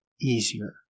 easier